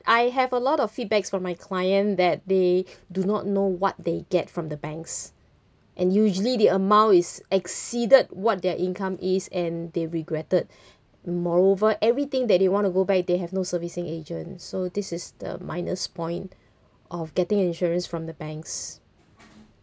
I have a lot of feedbacks from my client that they do not know what they get from the banks and usually the amount is exceeded what their income is and they regretted moreover everything that they want to go back they have no servicing agent so this is the minus point of getting insurance from the banks